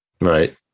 Right